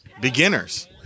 Beginners